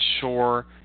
sure